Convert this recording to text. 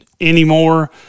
anymore